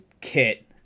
kit